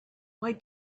why